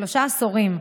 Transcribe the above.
שלושה עשורים,